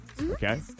okay